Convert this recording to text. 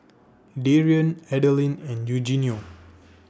Darien Adilene and Eugenio